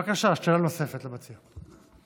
בבקשה, שאלה נוספת למציע.